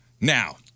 Now